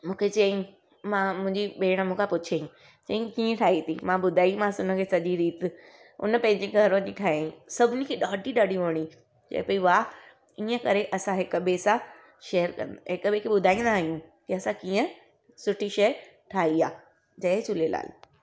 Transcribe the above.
मूंखे चईं मां मुंहिंजी भेणु मूंखां पुछियो चईं कीअं ठाही अथई मां ॿुधायोमांसि हुन खे सॼी रीति उन पंहिंजे घरु वञी ठाही सभिनी खे ॾाढी ॾाढी वणी चए पई वाह ईअं करे असां हिक ॿिए सां शेयर कनि हिक ॿिए खे ॿुधाईंदा आहियूं की असां कीअं सुठी शइ ठाही आहे जय झूलेलाल